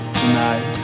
tonight